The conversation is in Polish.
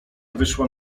wyszła